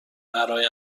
برای